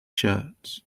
shirts